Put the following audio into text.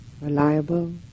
reliable